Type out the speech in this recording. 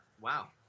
Wow